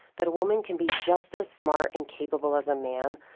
that a woman can be just as smart and capable as a man,